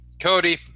Cody